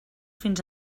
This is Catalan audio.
fins